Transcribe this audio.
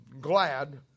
glad